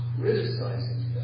criticizing